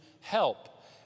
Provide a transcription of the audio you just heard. help